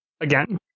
again